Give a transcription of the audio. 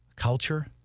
culture